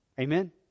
amen